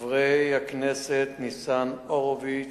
חבר הכנסת ניצן הורוביץ,